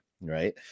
Right